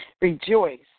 Rejoice